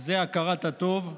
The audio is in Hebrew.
וזה הכרת הטוב.